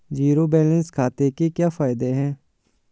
Zero balance खाते के क्या फायदे हैं?